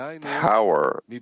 power